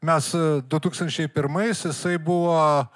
mes du tūkstančiai pirmais jisai buvo